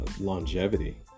longevity